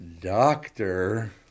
doctor